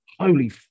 Holy